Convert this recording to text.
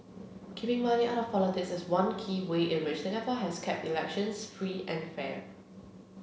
keeping money out of politics is one key way in which Singapore has kept elections free and fair